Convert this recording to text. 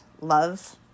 love